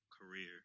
career